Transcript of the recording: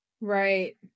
right